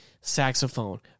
saxophone